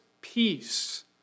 peace